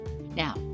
Now